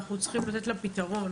ואנחנו צריכים לתת לה פתרון,